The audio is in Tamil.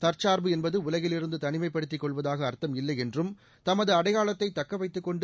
தற்சார்பு என்பது உலகிலிருந்து தனிமைப்படுத்திக் கொள்வதாக அர்த்தம் இல்லை என்றும் தனது அடையாளத்தை தக்க வைத்துக் கொண்டு